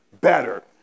better